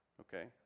okay